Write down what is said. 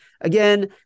Again